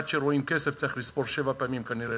עד שרואים כסף צריך לספור שבע פעמים כנראה,